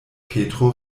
petro